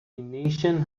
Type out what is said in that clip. nation